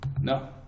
No